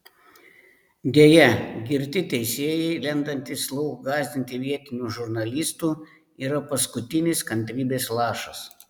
deja girti teisėjai lendantys lauk gąsdinti vietinių žurnalistų yra paskutinis kantrybės lašas